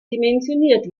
dimensioniert